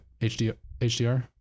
hdr